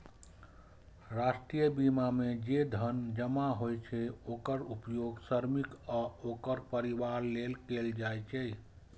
राष्ट्रीय बीमा मे जे धन जमा होइ छै, ओकर उपयोग श्रमिक आ ओकर परिवार लेल कैल जाइ छै